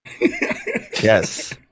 yes